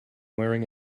wearing